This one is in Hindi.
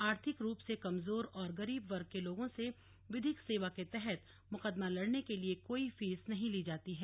आर्थिक रूप से कमजोर और गरीब वर्ग के लोगों से विधिक सेवा के तहत मुकदमा लड़ने के लिए कोई फीस नहीं ली जाती है